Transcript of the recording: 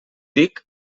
dic